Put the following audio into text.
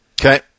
Okay